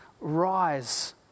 rise